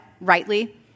rightly